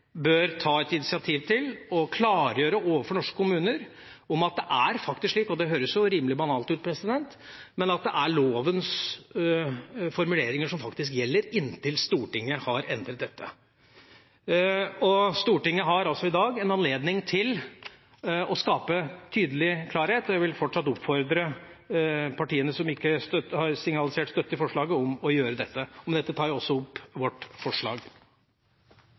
bør ta et initiativ til å klargjøre overfor norske kommuner at det er faktisk slik, og det høres veldig banalt ut, at det er lovens formuleringer som faktisk gjelder inntil Stortinget har endret dem. Stortinget har i dag en anledning til å skape tydelig klarhet, og jeg vil fortsatt oppfordre partiene som ikke har signalisert støtte til forslaget, om å gjøre det. Med dette tar jeg opp vårt forslag.